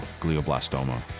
glioblastoma